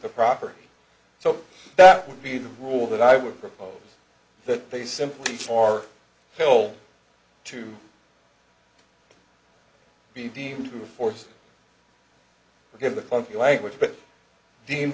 the property so that would be the rule that i would propose that they simply for hill to be deemed to force because of the funky language but seem